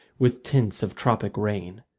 with tints of tropic rain.